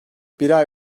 birer